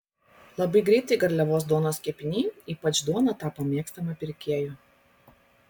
labai greitai garliavos duonos kepiniai ypač duona tapo mėgstama pirkėjų